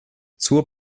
zur